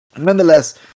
nonetheless